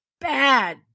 bad